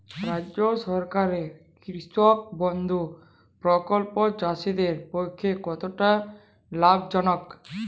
রাজ্য সরকারের কৃষক বন্ধু প্রকল্প চাষীদের পক্ষে কতটা লাভজনক?